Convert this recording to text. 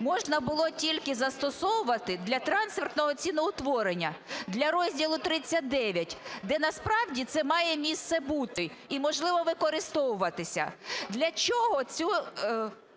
можна було тільки застосовувати для трансфертного ціноутворення, для розділу ХХХІХ, де насправді це має місце бути і, можливо, використовуватися. Для чого цю